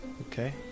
okay